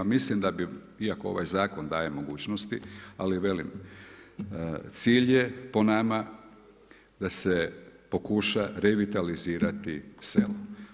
Mislim da bi iako ovaj zakon daje mogućnosti ali velim cilj je po nama da se pokuša revitalizirati selo.